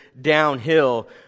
downhill